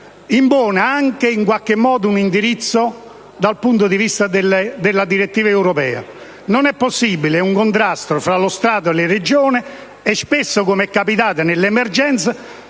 impone anche, in qualche modo, un indirizzo dal punto di vista della direttiva europea. Non è possibile un contrasto tra lo Stato e le Regioni e spesso - come è capitato nell'emergenza